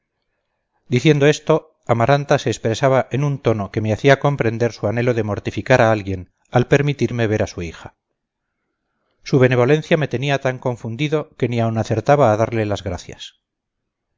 diciendo esto amaranta se expresaba en un tono que me hacía comprender su anhelo de mortificar a alguien al permitirme ver a su hija su benevolencia me tenía tan confundido que ni aun acertaba a darle las gracias